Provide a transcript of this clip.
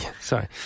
sorry